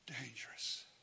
Dangerous